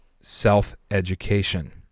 self-education